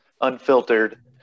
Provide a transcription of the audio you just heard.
unfiltered